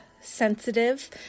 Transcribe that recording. sensitive